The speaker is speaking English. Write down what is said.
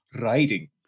riding